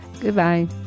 Goodbye